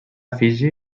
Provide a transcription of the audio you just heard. fiji